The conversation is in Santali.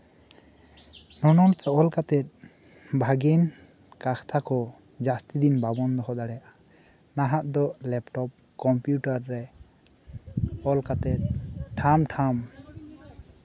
ᱱᱚᱱᱚᱞ ᱛᱮ ᱚᱞ ᱠᱟᱛᱮ ᱵᱷᱟᱜᱤᱱ ᱠᱟᱛᱷᱟ ᱠᱚ ᱡᱟ ᱥᱛᱤ ᱫᱤᱱ ᱵᱟᱵᱚᱱ ᱫᱚᱦᱚ ᱫᱟᱲᱮᱭᱟᱜᱼᱟ ᱱᱟᱦᱟᱜ ᱫᱚ ᱞᱮᱯᱴᱚᱯ ᱠᱚᱢᱯᱤᱭᱩᱴᱟᱨ ᱨᱮ ᱚᱞ ᱠᱟᱛᱮ ᱴᱷᱟᱢᱼᱴᱷᱟᱢ